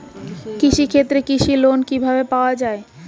কৃষি ক্ষেত্রে কৃষি লোন কিভাবে পাওয়া য়ায়?